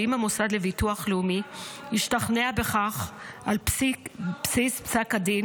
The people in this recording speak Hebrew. ואם המוסד לביטוח לאומי ישתכנע בכך על בסיס פסק הדין